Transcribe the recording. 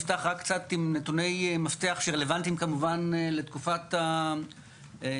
נפתח רק קצת עם נתוני מפתח שרלבנטיים כמובן לתקופת הביקורת.